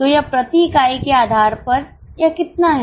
तो यह प्रति इकाई के आधार पर यह कितना है